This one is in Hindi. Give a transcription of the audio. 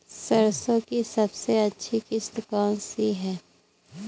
सरसो की सबसे अच्छी किश्त कौन सी है?